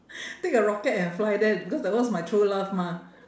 take a rocket and fly there because that one is my true love mah